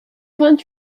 vingt